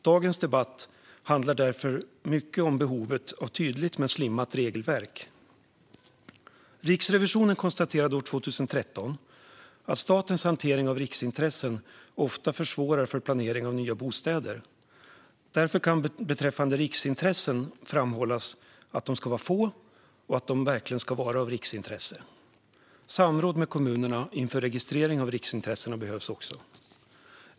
Dagens debatt handlar därför mycket om behovet av tydligt men slimmat regelverk. Riksrevisionen konstaterade år 2013 att statens hantering av riksintressen ofta försvårar för planering av nya bostäder. Därför kan det beträffande riksintressen framhållas att de ska vara få och att de verkligen ska vara av riksintresse. Samråd med kommunerna inför registrering av riksintressen behövs också.